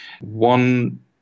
one